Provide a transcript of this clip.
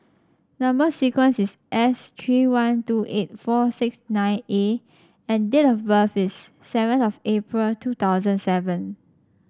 number sequence is S three one two eight four six nine A and date of birth is seven of April two thousand seven